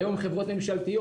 והיום הן חברות ממשלתיות,